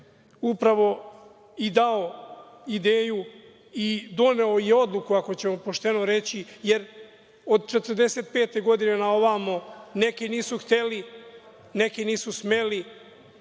upravo i dao ideju i doneo odluku, ako ćemo pošteno reći, jer od 1945. godine na ovamo, neki nisu hteli, neki nisu smeli,